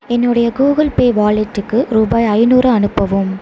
என்னுடைய Google Pay வாலெட்டுக்கு ரூபாய் ஐந்நூறு அனுப்பவும்